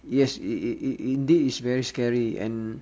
yes it it it indeed is very scary and